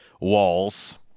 Walls